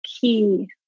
key